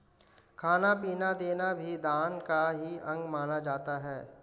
खाना पीना देना भी दान का ही अंग माना जाता है